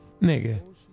Nigga